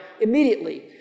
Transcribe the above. immediately